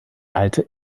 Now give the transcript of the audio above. alte